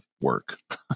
work